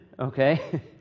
Okay